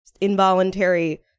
involuntary